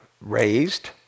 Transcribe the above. raised